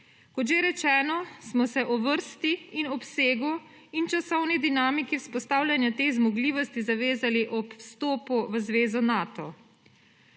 Kot že rečeno, smo se o vrsti, obsegu in časovni dinamiki vzpostavljanja teh zmogljivosti zavezali ob vstopu v zvezo Nato.